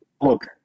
look